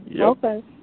Okay